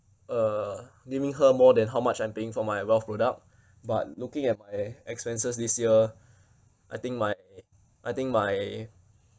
uh giving her more than how much I'm paying for my wealth product but looking at my expenses this year I think my I think my